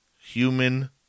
Human